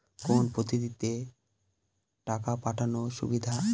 কোন পদ্ধতিতে টাকা পাঠানো সুবিধা?